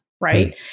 right